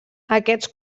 aquests